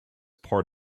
part